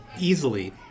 easily